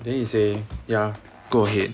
then he say ya go ahead